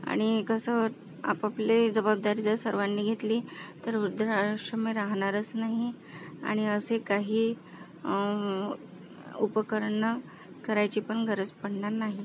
आणि कसं आपापले जबाबदारी जर सर्वांनी घेतली तर वृद्धाश्रम हे राहणारच नाही आणि असे काही उपक्रम करायची पण गरज पडणार नाही